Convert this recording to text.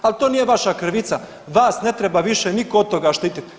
Ali to nije vaša krivica, vas ne treba više nitko od toga štititi.